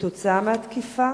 כתוצאה מהתקיפה?